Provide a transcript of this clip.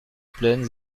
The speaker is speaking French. plaine